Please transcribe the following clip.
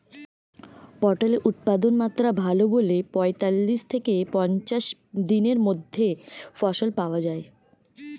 পটলের উৎপাদনমাত্রা ভালো বলে পঁয়তাল্লিশ থেকে পঞ্চাশ দিনের মধ্যে ফসল পাওয়া যায়